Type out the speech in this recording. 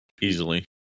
easily